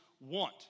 want